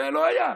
זה לא היה.